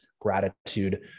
gratitude